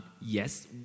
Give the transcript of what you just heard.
yes